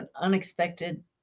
unexpected